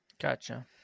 Gotcha